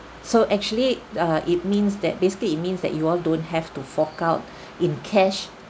so actually uh it means that basically it means that you all don't have to fork out in cash